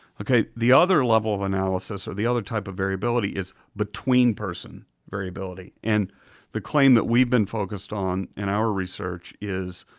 okay, the other level of analysis or the other type of variability is between-person variability. and the claim that we've been focused on in our research is